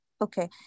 Okay